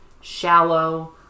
shallow